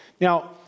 Now